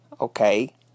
Okay